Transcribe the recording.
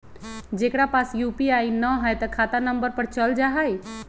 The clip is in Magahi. जेकरा पास यू.पी.आई न है त खाता नं पर चल जाह ई?